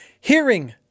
Hearing